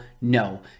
No